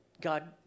God